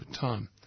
time